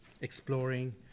exploring